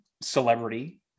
celebrity